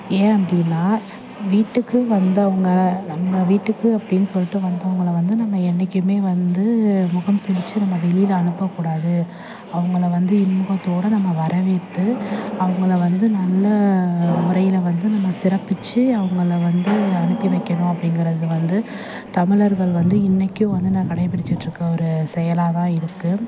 ஏன் அப்படின்னா வீட்டுக்கு வந்தவங்கள் நம்ம வீட்டுக்கு அப்படின் சொல்லிட்டு வந்தவங்களை வந்து நம்ம என்றைக்குமே வந்து முகம் சுழிச்சி நம்ம வெளியில் அனுப்பக்கூடாது அவங்கள வந்து இன்பத்தோடு நம்ம வரவேற்று அவங்கள வந்து நல்ல முறையில் வந்து நம்ம சிறப்பித்து அவங்கள வந்து அனுப்பி வைக்கணும் அப்படிங்கறது வந்து தமிழர்கள் வந்து இன்றைக்கும் வந்து நான் கடைப்பிடிச்சுட்ருக்க ஒரு செயலாகதான் இருக்குது